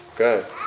Okay